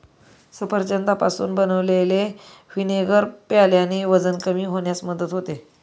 सफरचंदापासून बनवलेले व्हिनेगर प्यायल्याने वजन कमी होण्यास मदत होते